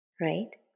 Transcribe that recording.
Right